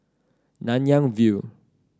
Nanyang View